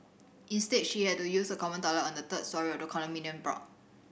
instead she had to use a common toilet on the third storey of the condominium block